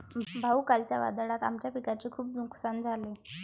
भाऊ, कालच्या वादळात आमच्या पिकाचे खूप नुकसान झाले